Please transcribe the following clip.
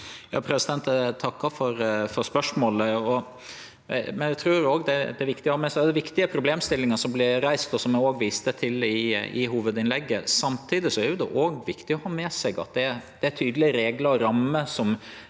takkar for spørsmåla. Det er viktige problemstillingar som vert reiste, og som eg òg viste til i hovudinnlegget mitt. Samtidig er det viktig å ha med seg at det er tydelege regler og rammer ein